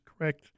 correct